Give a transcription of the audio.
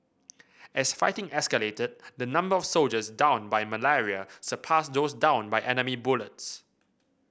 as fighting escalated the number of soldiers downed by malaria surpassed those downed by enemy bullets